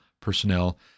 personnel